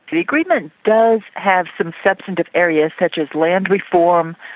the agreement does have some substantive areas such as land reform,